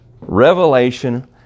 Revelation